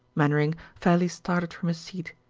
mainwaring fairly started from his seat.